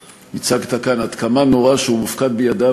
שהצגת כאן עד כמה נורא שהוא מופקד בידיו